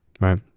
right